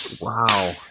wow